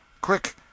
Quick